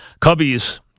Cubbies